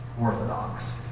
orthodox